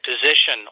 position